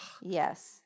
Yes